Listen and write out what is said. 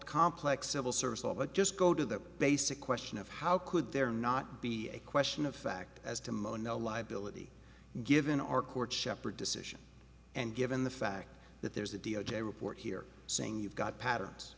complex civil service all but just go to the basic question of how could there not be a question of fact as to mono liability given our court shepherd decision and given the fact that there's a d o j report here saying you've got patterns